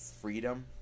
freedom